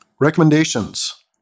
recommendations